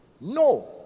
No